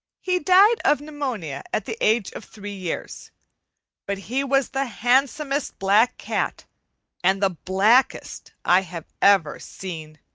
he died of pneumonia at the age of three years but he was the handsomest black cat and the blackest i have ever seen.